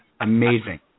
amazing